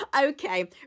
Okay